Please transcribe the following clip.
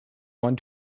one